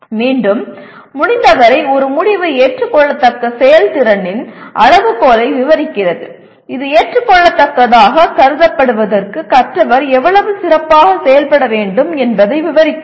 மீண்டும் முடிந்தவரை ஒரு முடிவு ஏற்றுக்கொள்ளத்தக்க செயல்திறனின் அளவுகோலை விவரிக்கிறது இது ஏற்றுக்கொள்ளத்தக்கதாகக் கருதப்படுவதற்கு கற்றவர் எவ்வளவு சிறப்பாக செயல்பட வேண்டும் என்பதை விவரிக்கிறது